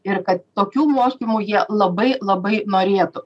ir kad tokių mokymų jie labai labai norėtų